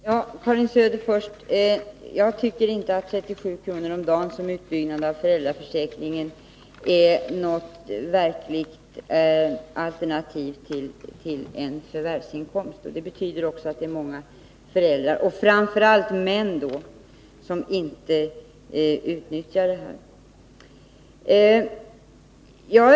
Herr talman! Till Karin Söder först: Jag tycker inte att 37 kr. om dagen, såsom man tänkt sig utbyggnaden av föräldraförsäkringen, är något verkligt alternativ till en förvärvsinkomst. Många föräldrar, framför allt männen, skulle inte utnyttja den här möjligheten.